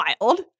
wild